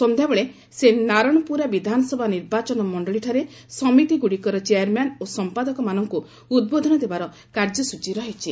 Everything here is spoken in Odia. ସନ୍ଧ୍ୟାବେଳେ ସେ ନାରଣପୁରା ବିଧାନସଭା ନିର୍ବାଚନ ମଣ୍ଡଳୀଠାରେ ସମିତିଗୁଡ଼ିକର ଚେୟାରମ୍ୟାନ୍ ଓ ସମ୍ପାଦକମାନଙ୍କୁ ଉଦ୍ବୋଧନ ଦେବାର କାର୍ଯ୍ୟସ୍ଟଚୀ ରହିଛି